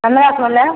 पन्द्रह सोलह